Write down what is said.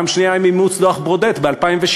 פעם שנייה עם אימוץ דוח ברודט ב-2007.